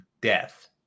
death